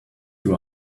you